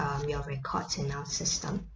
um your records in our system